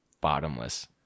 bottomless